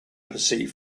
perceived